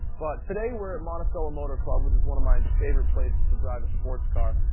but today we're at monticello motor club, which is one of my favorite places to drive a sports car.